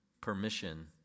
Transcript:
Permission